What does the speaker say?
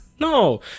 No